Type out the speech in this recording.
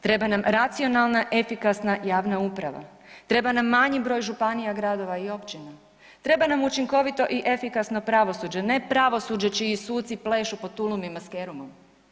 Treba nam racionalna, efikasna javna uprava, treba nam manji broj županija, gradova i općina, treba nam učinkovito i efikasno pravosuđe, ne pravosuđe čiji suci plešu po tulumima s Kerumom.